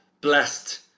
blessed